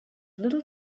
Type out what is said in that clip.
little